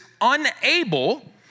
unable